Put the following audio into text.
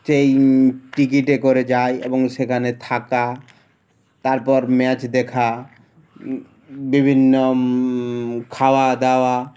সেই টিকিটে করে যায় এবং সেখানে থাকা তারপর ম্যাচ দেখা বিভিন্ন খাওয়া দাওয়া